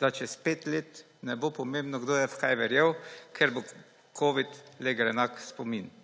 da čez 5 let ne bo pomembno, kdo je v kaj verjel, ker bo covid le grenak spomin.